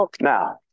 Now